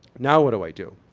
now what do i do?